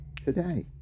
today